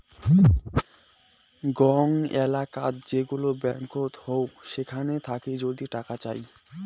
গং এলেকাত যেগুলা ব্যাঙ্কত হউ সেখান থাকি যদি টাকা চাই